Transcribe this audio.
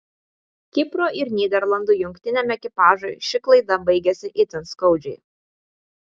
kipro ir nyderlandų jungtiniam ekipažui ši klaida baigėsi itin skaudžiai